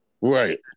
Right